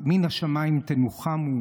אז מן השמיים תנוחמו.